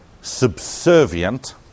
subservient